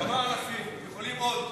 כמה אלפים, יכולים עוד.